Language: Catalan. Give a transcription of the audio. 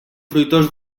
fruitós